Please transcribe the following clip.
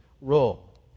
role